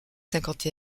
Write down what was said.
cinquante